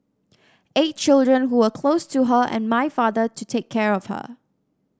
eight children who were close to her and my father to take care of her